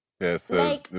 Yes